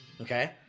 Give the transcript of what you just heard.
okay